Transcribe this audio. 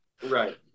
right